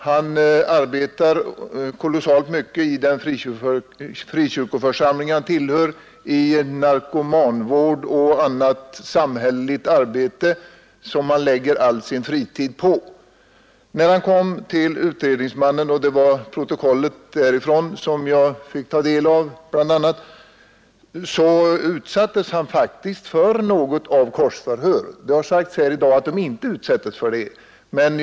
Han arbetar oerhört mycket i den frikyrkoförsamling han tillhör, i narkomanvård och i annat samhälleligt arbete, som han offrar hela sin fritid på. När han kom till utredningsmannen — det var bl.a. protokollet därifrån som jag fick ta del av — utsattes han faktiskt för något av ett korsförhör. Det har sagts här i dag att de som ansöker om vapenfri tjänst inte utsätts för korsförhör.